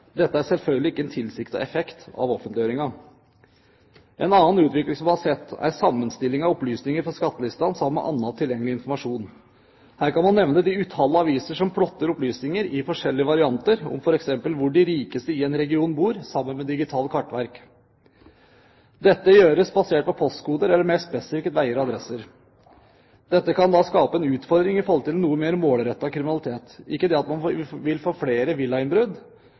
Dette er selvfølgelig ikke en tilsiktet effekt av offentliggjøringen. En annen utvikling vi har sett, er sammenstilling av opplysninger fra skattelistene sammen med annen tilgjengelig informasjon. Her kan man nevne det utall aviser som plotter opplysninger i forskjellige varianter om f.eks. hvor de rikeste i en region bor, sammen med digitale kartverk. Dette gjøres basert på postkoder, eller mer spesifikt veier og adresser. Dette kan skape en utfordring i forhold til noe mer målrettet kriminalitet – ikke det at man vil få flere